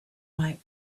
might